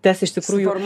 tas iš tikrųjų